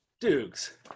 Dukes